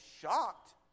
shocked